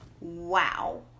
Wow